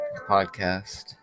podcast